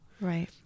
Right